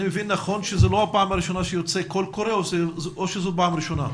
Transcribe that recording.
אני מבין נכון שזו לא הפעם הראשונה שיוצא קול קורא או שזו פעם ראשונה?